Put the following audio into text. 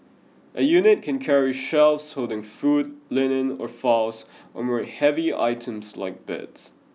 a unit can carry shelves holding food linen or files or move heavy items like beds